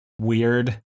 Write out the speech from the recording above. weird